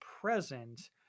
present